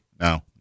No